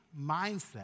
mindset